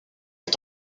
est